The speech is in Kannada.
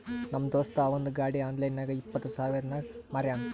ನಮ್ ದೋಸ್ತ ಅವಂದ್ ಗಾಡಿ ಆನ್ಲೈನ್ ನಾಗ್ ಇಪ್ಪತ್ ಸಾವಿರಗ್ ಮಾರ್ಯಾನ್